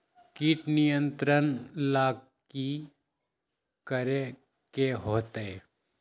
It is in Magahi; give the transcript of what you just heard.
किट नियंत्रण ला कि करे के होतइ?